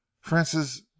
francis